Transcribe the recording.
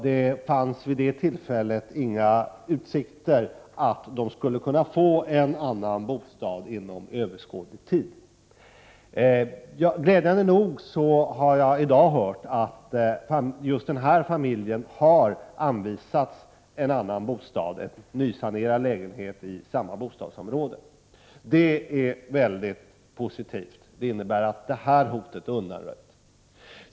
Det fanns vid det tillfället inga utsikter för familjen att inom överskådlig tid få en annan bostad. Glädjande nog har jag i dag hört att just den familjen har anvisats en annan bostad, en nysanerad lägenhet i samma bostadsområde. Det är mycket positivt. Det innebär att det hotet är undanröjt.